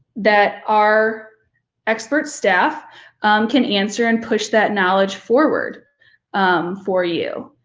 that our expert staff can answer and push that knowledge forward for you.